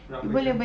berapa itu